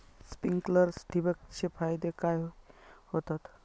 Sprinklers ठिबक चे फायदे काय होतात?